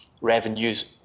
revenues